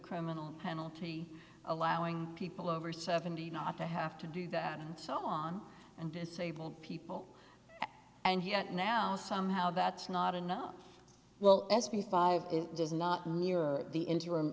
criminal penalty allowing people over seventy not to have to do that and so on and disabled people and yet now somehow that's not enough well as p five does not near the interim